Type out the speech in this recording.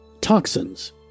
Toxins